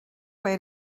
way